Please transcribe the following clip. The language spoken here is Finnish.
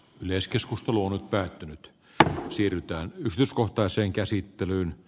yleiskeskusteluun pettynyt kun siirrytään yrityskohtaiseen käsittelyyn